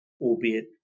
albeit